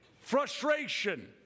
Frustration